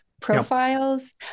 profiles